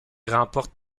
remporte